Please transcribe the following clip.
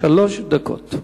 שלוש דקות.